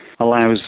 Allows